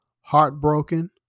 heartbroken